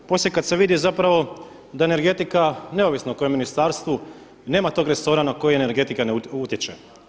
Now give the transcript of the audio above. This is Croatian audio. Poslije kada se vidi zapravo da je energetika neovisna o kojem ministarstvu, nema tog resora na koji energetika ne utječe.